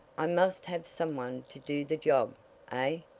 i must have some one to do the job aye,